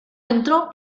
entró